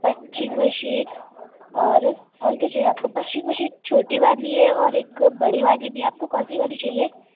punching machine اور اور کیا چاہیے پنچنگ مشین چھوٹی والی ہے اور ایک بڑی والی بھی ہے آپ کو کون سی والی چاہیے